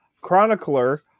chronicler